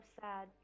sad